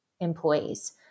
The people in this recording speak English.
employees